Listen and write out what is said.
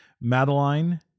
Madeline